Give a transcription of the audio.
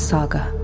Saga